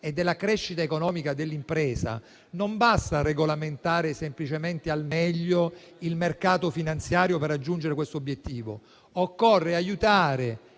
e della crescita economica dell'impresa, non basta regolamentare semplicemente al meglio il mercato finanziario; per raggiungere questo obiettivo occorre aiutare